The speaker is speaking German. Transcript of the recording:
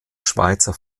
schweizer